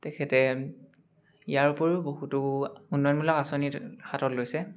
তেখেতে ইয়াৰ উপৰিও বহুতো উন্নয়নমূলক আঁচনি হাতত লৈছে